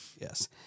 Yes